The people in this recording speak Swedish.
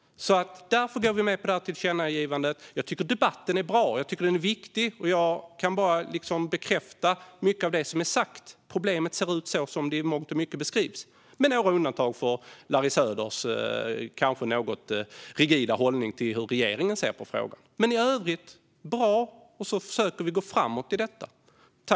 Därför går vi med på tillkännagivandet. Jag tycker att debatten är bra och viktig. Jag kan bara bekräfta mycket av det som är sagt. Problemet ser ut som det i mångt och mycket beskrivs, med något undantag för Larry Söders kanske något rigida hållning till hur regeringen ser på frågan. Men i övrigt är debatten bra, och så försöker vi att gå framåt i detta.